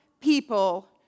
people